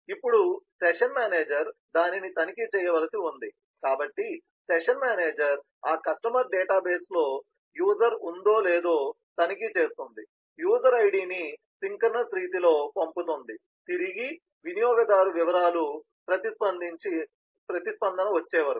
ఇప్పుడు session manager దానిని తనిఖీ చేయవలసి ఉంది కాబట్టి సెషన్ మేనేజర్ ఆ కస్టమర్ డేటాబేస్ లో యూజర్ ఉందో లేదో తనిఖీ చేస్తుంది యూజర్ ఐడిని సింక్రోనస్ రీతిలో పంపుతుంది తిరిగి వినియోగదారు వివరాల ప్రతిస్పందన వచ్చేవరకు